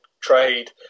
trade